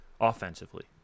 offensively